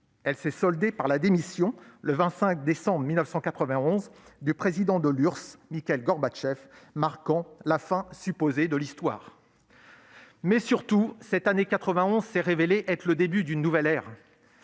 elle s'est soldée par la démission, le 25 décembre 1991, du président de l'URSS, Mikhaïl Gorbatchev, marquant la fin supposée de l'histoire. Surtout, cette année 1991 s'est révélée être le début d'une nouvelle ère,